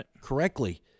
correctly